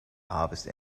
harvest